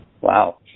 Wow